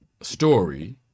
story